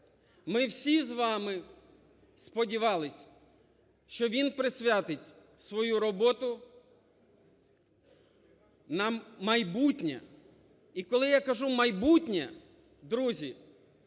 Ми всі з вами сподівались, що він присвятить свою роботу на майбутнє. І коли я кажу "майбутнє", друзі,